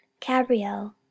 cabrio